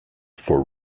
for